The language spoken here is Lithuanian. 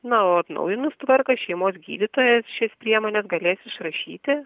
na o atnaujinus tvarką šeimos gydytojas šias priemones galės išrašyti